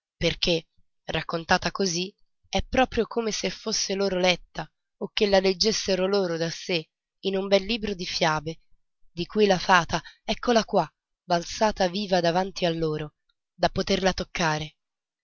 perché raccontata così è proprio come se fosse loro letta o che la leggessero loro da sé in un bel libro di fiabe di cui la fata eccola qua balzata viva davanti a loro da poterla toccare